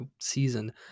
season